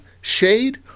shade